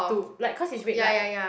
to like cause it's red light